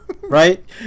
right